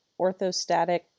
orthostatic